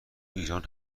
ایران